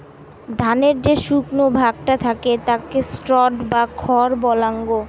ধানের যে শুকনো ভাগটা থাকে তাকে স্ট্র বা খড় বলাঙ্গ